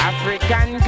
African